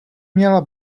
měla